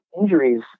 injuries